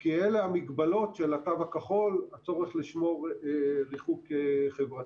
כי אלה המגבלות של התו הכחול והצורך לשמור ריחוק חברתי.